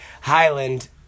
Highland